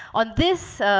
on this,